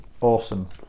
awesome